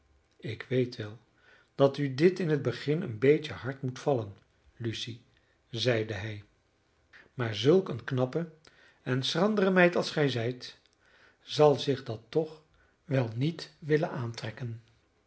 ik weet wel dat u dit in het begin een beetje hard moet vallen lucy zeide hij maar zulk een knappe en schrandere meid als gij zijt zal zich dat toch wel niet willen aantrekken